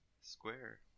square